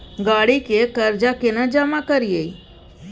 गाड़ी के कर्जा केना जमा करिए?